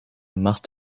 macht